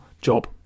job